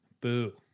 Boo